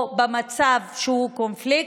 ובמצב שהוא קונפליקט,